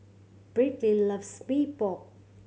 Briley loves Mee Pok